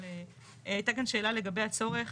אבל הייתה כאן שאלה לגבי הצורך